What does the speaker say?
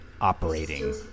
operating